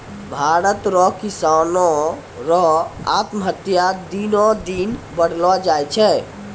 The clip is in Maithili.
भारत रो किसानो रो आत्महत्या दिनो दिन बढ़लो जाय छै